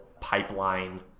pipeline